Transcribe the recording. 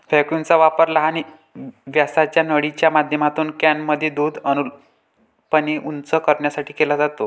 व्हॅक्यूमचा वापर लहान व्यासाच्या नळीच्या माध्यमातून कॅनमध्ये दूध अनुलंबपणे उंच करण्यासाठी केला जातो